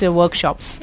workshops